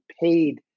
paid